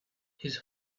his